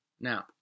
Now